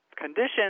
conditions